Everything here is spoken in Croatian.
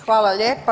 Hvala lijepa.